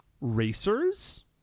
racers